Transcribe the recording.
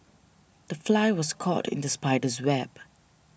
the fly was caught in the spider's web